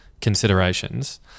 considerations